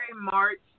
March